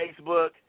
Facebook